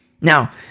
Now